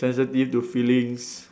sensitive to feelings